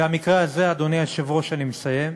והמקרה הזה, אדוני היושב-ראש, אני מסיים,